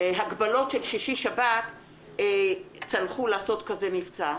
שבהגבלות של שישי-שבת צלחו לעשות כזה מבצע.